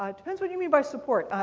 um depends what you mean by support.